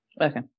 Okay